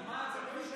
למה?